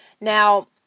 Now